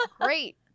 Great